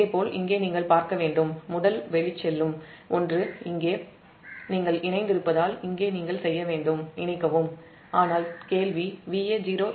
இதேபோல் இங்கே நீங்கள் பார்க்க வேண்டும் முதலில் வெளிச்செல்லும் ஒன்று இங்கே இணைத்திருப்பதால் நீங்கள் இங்கே இணைக்கவும் ஆனால் கேள்வி Va0 Va1 3 Zf Ia0